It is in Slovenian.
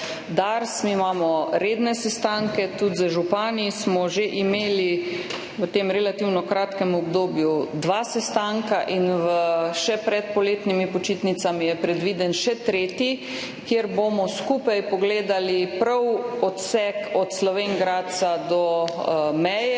Dars. Mi imamo redne sestanke. Tudi z župani, smo že imeli v tem relativno kratkem obdobju dva sestanka in še pred poletnimi počitnicami je predviden še tretji, kjer bomo skupaj pogledali prav odsek od Slovenj Gradca do meje,